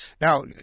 Now